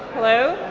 hello.